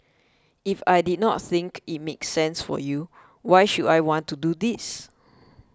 if I did not think it make sense for you why should I want to do this